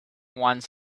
one